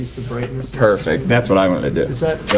and just perfect that's what i want to do.